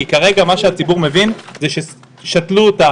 כרגע מה שהציבור מבין זה ששתלו אותה